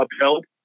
upheld